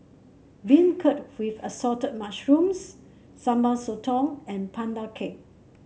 beancurd with Assorted Mushrooms Sambal Sotong and Pandan Cake